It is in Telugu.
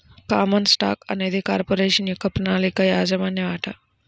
కామన్ స్టాక్ అనేది కార్పొరేషన్ యొక్క ప్రామాణిక యాజమాన్య వాటా